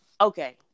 okay